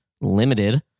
limited